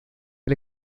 del